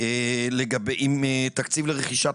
סליחה שאני